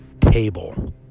table